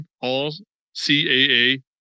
All-CAA